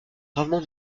gravement